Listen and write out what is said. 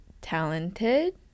talented